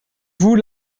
vous